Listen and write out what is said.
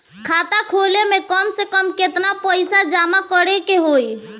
खाता खोले में कम से कम केतना पइसा जमा करे के होई?